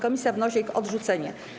Komisja wnosi o ich odrzucenie.